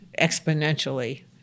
exponentially